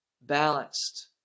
Balanced